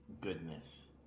Goodness